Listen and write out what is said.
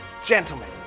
Gentlemen